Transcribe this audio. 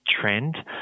trend